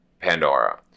Pandora